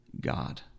God